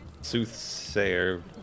soothsayer